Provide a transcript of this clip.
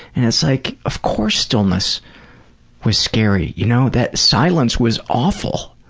and it's like, of course stillness was scary, you know, that silence was awful.